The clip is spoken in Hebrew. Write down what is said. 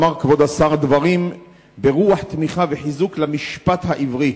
אמר כבוד השר דברים ברוח תמיכה וחיזוק למשפט העברי.